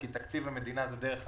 כי תקציב המדינה זה דרך המלך,